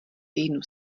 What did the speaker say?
týdnů